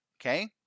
okay